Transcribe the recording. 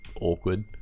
awkward